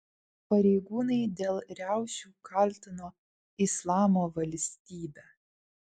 pareigūnai dėl riaušių kaltino islamo valstybę